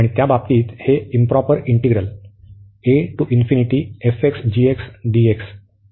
आणि त्या बाबतीत हे इंप्रॉपर इंटिग्रल